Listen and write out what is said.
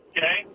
Okay